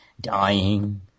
dying